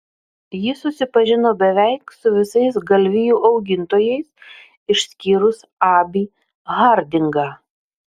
ji susipažino beveik su visais galvijų augintojais išskyrus abį hardingą